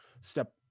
step